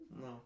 no